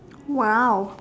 !wow!